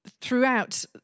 throughout